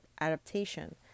adaptation